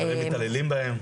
חברים מתעללים בהם.